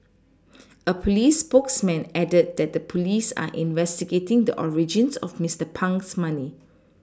a police spokesman added that the police are investigating the origins of Mister Pang's money